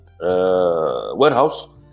warehouse